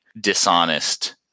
dishonest